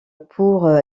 pour